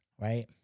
right